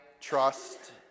trust